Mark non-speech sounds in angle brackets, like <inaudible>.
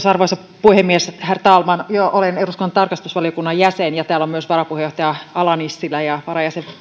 <unintelligible> arvoisa puhemies herr talman joo olen eduskunnan tarkastusvaliokunnan jäsen ja täällä on myös varapuheenjohtaja ala nissilä ja varajäsen